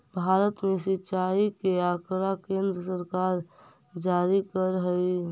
भारत में सिंचाई के आँकड़ा केन्द्र सरकार जारी करऽ हइ